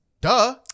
Duh